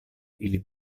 ili